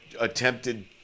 attempted